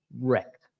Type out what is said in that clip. wrecked